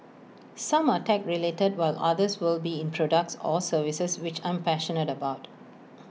some are tech related while others will be in products or services which I'm passionate about